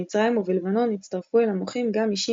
במצרים ובלבנון הצטרפו אל המוחים גם אישים